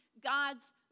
God's